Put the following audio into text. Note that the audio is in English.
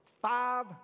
five